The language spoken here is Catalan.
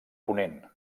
ponent